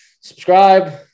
subscribe